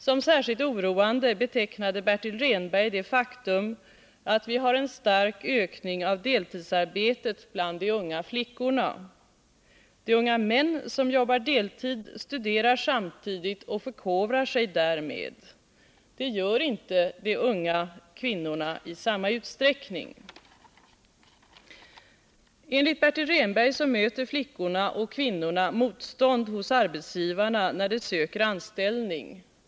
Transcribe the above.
Som särskilt oroande betecknade Bertil Rehnberg det faktum att vi har en stark ökning av deltidsarbetet bland de unga flickorna. De unga män som jobbar deltid studerar samtidigt och förkovrar sig därmed. Det gör inte de unga kvinnorna i samma utsträckning. Enligt Bertil Rehnberg möter flickorna och kvinnorna motstånd hos arbetsgivarna när de söker anställning.